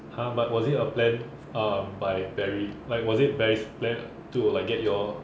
!huh! but was it a plan um by barry like was it barry's plan to like get you all